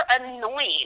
annoying